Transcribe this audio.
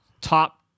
top